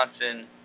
Johnson